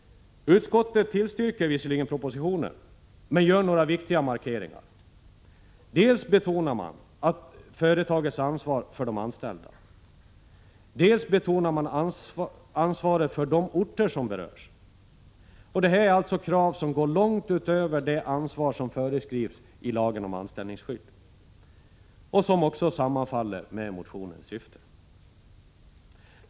Utskottet tillstyrker visserligen propositionen men gör några viktiga markeringar. Dels betonar man företagets ansvar för de anställda, dels betonar man ansvaret för de orter som berörs. Det är krav som går långt utöver det ansvar som föreskrivs i lagen om anställningsskydd och som också sammanfaller med motionens syfte.